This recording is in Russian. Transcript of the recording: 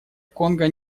конго